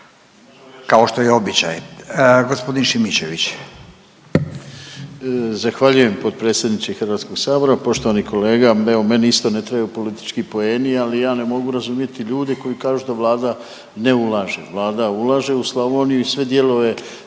kao što je i običaj. Gospodin Šimičević.